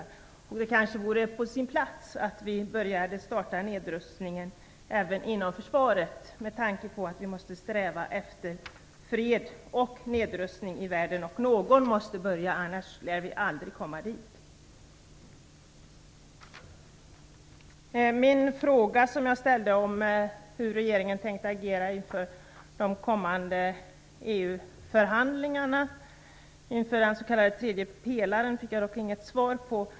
Det kanske vore på sin plats att vi startade en nedrustning även inom försvaret, med tanke på att vi måste sträva efter fred och nedrustning i världen. Någon måste börja. Annars lär vi aldrig komma dit. Jag frågade hur regeringen tänkte agera inför de kommande EU-förhandlingarna, inför den s.k. tredje pelaren. Den frågan fick jag dock inget svar på.